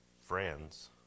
friends